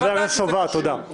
חבר הכנסת סובה, תודה.